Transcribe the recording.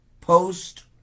post